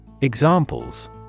Examples